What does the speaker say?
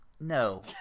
No